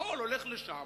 והכול הולך לשם,